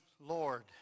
Lord